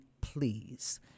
please